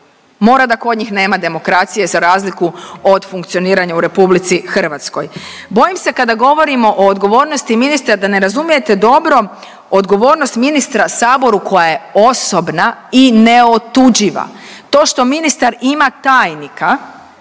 Mora da kod njih nema demokracije, za razliku od funkcioniranja u RH. Bojim se kada govorimo o odgovornosti ministra, da ne razumijete dobro odgovornost ministra saboru koja je osobna i neotuđiva. To što ministar ima tajnika